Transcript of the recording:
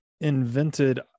invented